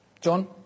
John